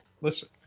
Listen